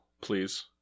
please